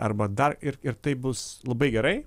arba dar ir ir tai bus labai gerai